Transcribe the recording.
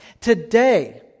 Today